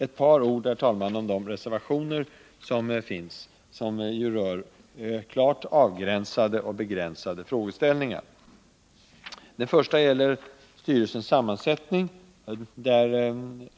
Några ord, herr talman, om reservationerna, som rör begränsade frågeställningar. Den första reservationen gäller verksstyrelsens sammansättning.